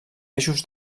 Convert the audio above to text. eixos